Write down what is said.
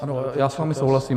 Ano, já s vámi souhlasím.